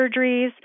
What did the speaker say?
surgeries